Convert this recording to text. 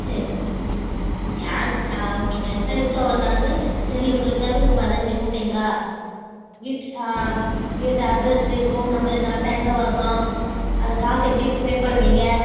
சரி சரி ஏங்க ஆ ஓகே எங்கட்ட இருக்குது அவ்வளோ கணக்கு சரி உங்களுக்கு தேவை இப்போ பதினஞ்சு மூட்டைங்களா வீட் ஆ வீட்டு அட்ரெஸ்ஸு ஃபோன் நம்பரு கரெட்டாக எங்கே வரணும் அந்த காசு எப்படி பேப் பண்ணுவீங்க